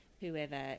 whoever